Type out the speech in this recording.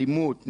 אלימות,